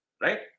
right